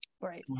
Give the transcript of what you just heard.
Right